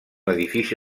edifici